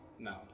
No